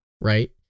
Right